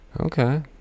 Okay